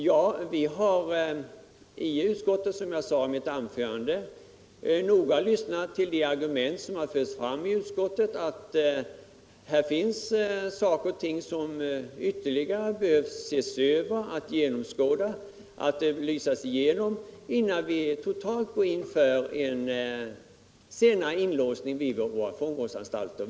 Som jag sade i mitt anförande har vi inom utskottet noga lyssnat till argumenten att det finns saker och ting som ytterligare behöver ses över innan vi kan gå in för en senare inlåsning på våra fångvårdsanstalter.